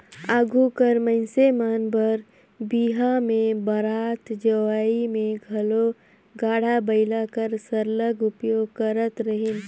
आघु कर मइनसे मन बर बिहा में बरात जवई में घलो गाड़ा बइला कर सरलग उपयोग करत रहिन